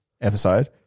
episode